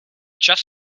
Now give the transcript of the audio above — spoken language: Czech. čas